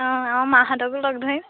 অঁ অঁ আমাৰ মাহঁতকো লগ ধৰিম